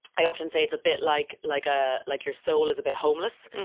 i often say it's a bit like, like a, like your soul is a bit homeless.